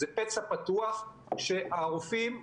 זה פצע פתוח אצל הרופאים,